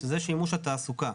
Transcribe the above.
שזה שימוש התעסוקה.